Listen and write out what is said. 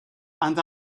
and